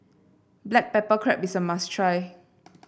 Black Pepper Crab is a must try